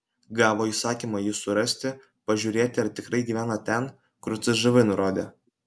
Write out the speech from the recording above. gavo įsakymą jį surasti pažiūrėti ar tikrai gyvena ten kur cžv nurodė